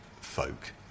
folk